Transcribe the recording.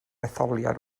etholiad